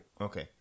Okay